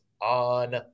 on